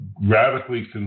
radically